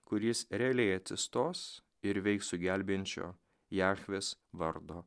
kuris realiai atsistos ir veiks su gelbėjančio jachvės vardo